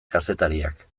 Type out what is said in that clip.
kazetariak